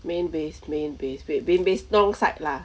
main base main base wait bain base long side lah